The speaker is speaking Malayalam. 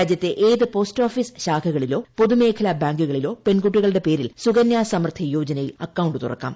രാജ്യത്തെ ഏത് പോസ്റ്റോഫിസ് ശാഖകളിലോ പൊതുമേഖലാ ബാങ്കുകളിലോ പെൺകുട്ടികളുടെ പേരിൽ സുകന്യ സമൃദ്ധി യോജനയിൽ അക്കൌണ്ട് തുറക്കാം